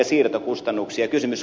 kysymys kuuluu